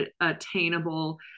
attainable